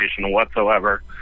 whatsoever